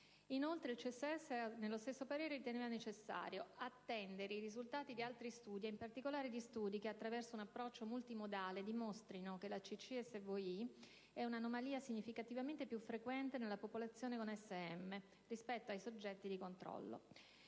Inoltre, il CSS nello stesso parere riteneva necessario «attendere i risultati di altri studi e in particolare di studi che, attraverso un approccio multimodale, dimostrino che la CCSVI è un'anomalia significativamente più frequente nella popolazione con SM rispetto ai soggetti di controllo.